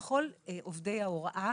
ככל עובדי ההוראה,